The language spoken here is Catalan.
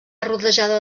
rodejada